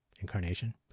incarnation